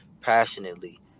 passionately